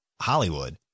Hollywood